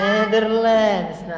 Netherlands